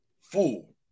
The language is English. fool